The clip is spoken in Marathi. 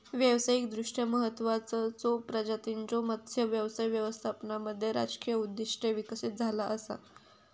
व्यावसायिकदृष्ट्या महत्त्वाचचो प्रजातींच्यो मत्स्य व्यवसाय व्यवस्थापनामध्ये राजकीय उद्दिष्टे विकसित झाला असा